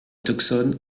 tucson